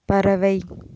பறவை